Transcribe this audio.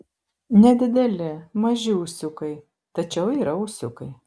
nedideli maži ūsiukai tačiau yra ūsiukai